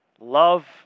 love